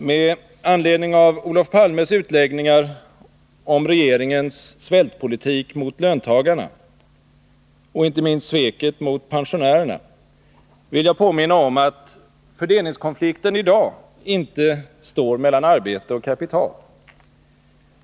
Med anledning av Olof Palmes utläggningar om regeringens svältpolitik mot löntagarna och inte minst sveket mot pensionärerna vill jag påminna om att fördelningskonflikten i dag inte står mellan arbete och kapital.